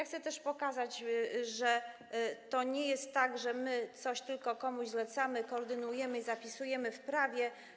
Chcę też pokazać, że to nie jest tak, że my tylko coś komuś zlecamy, koordynujemy i zapisujemy w prawie.